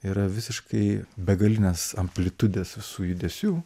yra visiškai begalinės amplitudės visų judesių